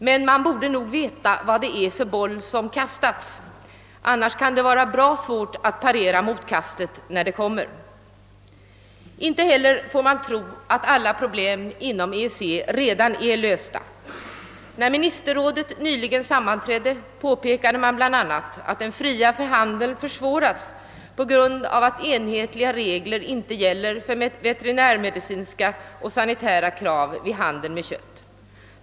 Men man borde nog veta vad det är för boll som har kastats; annars kan det vara bra svårt att parera motkastet, när det kommer. Inte heller får man tro att alla problem inom EEC redan är lösta. När ministerrådet nyligen sammanträdde påpekade man bl.a., att den fria handeln försvårats på grund av att enhetliga regler inte gäller för veterinärmedicinska och sanitära krav vid handel med kött.